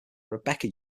rebecca